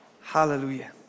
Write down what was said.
Hallelujah